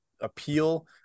appeal